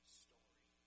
story